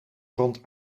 rond